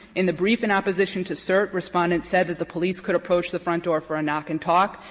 in the brief in opposition to cert, respondent said that the police could approach the front door for a knock and talk,